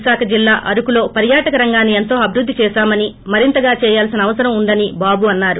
విశాఖ జిల్లా అరకులో పర్యాటక రంగాన్ని ఎంతో అభివృద్ధి చేసామని మరింతగా చేయాల్సిన అవసరం ఉందని బాబు అన్నారు